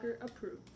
approved